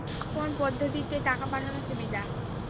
কোন পদ্ধতিতে টাকা পাঠানো সুবিধা?